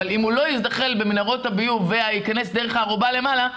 אבל אם הוא לא יזדחל במנהרות הביוב ויכנס דרך הארובה למעלה,